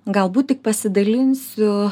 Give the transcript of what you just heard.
galbūt tik pasidalinsiu